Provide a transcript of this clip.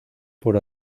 por